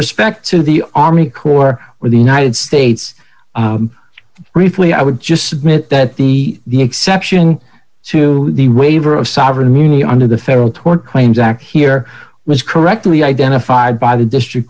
respect to the army corps or the united states briefly i would just submit that the the exception to the waiver of sovereign immunity under the federal tort claims act here was correctly identified by the district